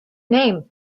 name